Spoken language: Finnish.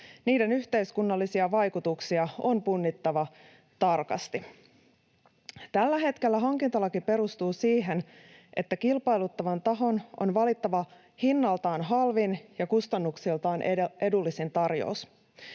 Niiden yhteiskunnallisia vaikutuksia on punnittava tarkasti. Tällä hetkellä hankintalaki perustuu siihen, että kilpailuttavan tahon on valittava hinnaltaan halvin ja kustannuksiltaan edullisin tarjous.